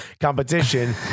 competition